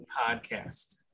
podcast